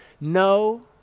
No